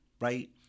right